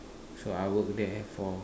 so I work there for